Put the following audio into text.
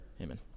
Amen